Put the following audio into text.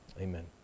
Amen